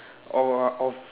or off